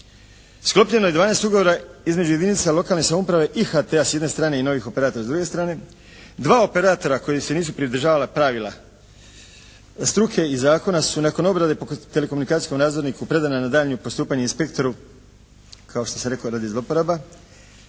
sklopljeno je 12 ugovora između jedinica lokalne samouprave i HT-a s jedne strane i novih operatora s druge strane. Dva operatora koji se nisu pridržavali pravila struke i zakona su nakon obrade po telekomunikacijskom nadzorniku predana na daljnje postupanje inspektoru kao što sam rekao radi zlouporaba.